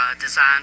design